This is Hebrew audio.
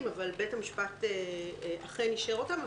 מאוד אבל בית המשפט אכן אישר אותם.